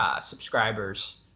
subscribers